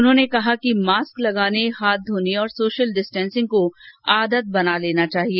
उन्होंने कहा कि मास्क लगाने हाथ धोने और सोशल डिस्टेंसिंग को आदत बना लेना चाहिए